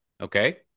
Okay